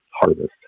harvest